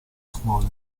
scuole